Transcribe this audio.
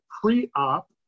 pre-op